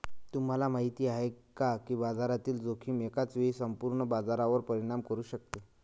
तुम्हाला माहिती आहे का की बाजारातील जोखीम एकाच वेळी संपूर्ण बाजारावर परिणाम करू शकते?